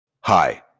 Hi